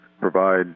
provide